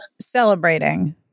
celebrating